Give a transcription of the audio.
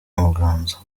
muganza